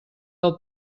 del